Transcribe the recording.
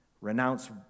renounce